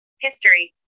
History